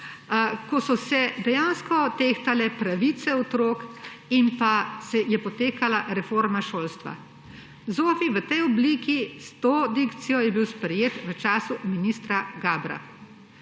ko so se dejansko tehtale pravice otrok in je potekala reforma šolstva. ZOFVI v tej obliki, s to dikcijo je bil sprejet v času ministra Gabra.